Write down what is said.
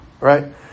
right